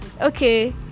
okay